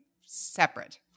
separate